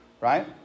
Right